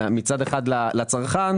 מצד אחד לצרכן,